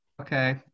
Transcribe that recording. Okay